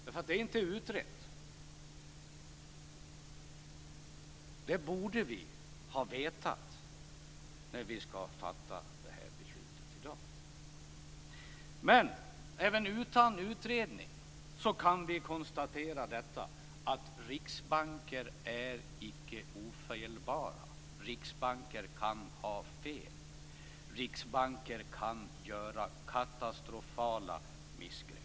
Det är nämligen inte utrett. Detta borde vi ha vetat inför det beslut som vi i dag skall fatta. Men även utan utredning kan vi konstatera att riksbanker icke är ofelbara. Riksbanker kan ha fel. Riksbanker kan göra katastrofala missgrepp.